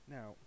Now